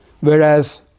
Whereas